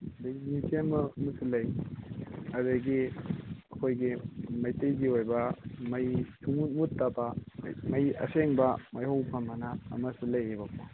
ꯑꯗꯒꯤ ꯃ꯭ꯌꯨꯖꯝ ꯑꯃꯁꯨ ꯂꯩ ꯑꯗꯒꯤ ꯑꯩꯈꯣꯏꯒꯤ ꯃꯩꯇꯩꯒꯤ ꯑꯣꯏꯕ ꯃꯩ ꯁꯨꯡꯃꯨꯠ ꯃꯨꯠꯇꯕ ꯃꯩ ꯑꯁꯦꯡꯕ ꯃꯩ ꯍꯧꯐꯝꯑꯅ ꯑꯃꯁꯨ ꯂꯩꯌꯦꯕꯀꯣ